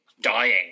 dying